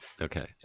Okay